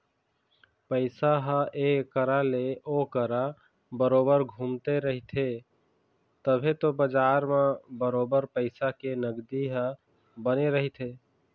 पइसा ह ऐ करा ले ओ करा बरोबर घुमते रहिथे तभे तो बजार म बरोबर पइसा के नगदी ह बने रहिथे